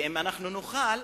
ואם אנחנו נאכל,